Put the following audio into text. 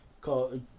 call